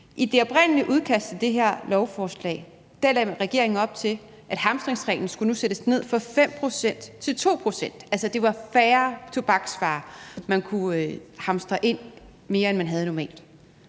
i det oprindelige udkast til det her lovforslag lagde regeringen op til, at hamstringsreglen nu skulle sættes ned fra 5 pct. til 2 pct., altså at det var færre tobaksvarer, man kunne hamstre ind, end man normalt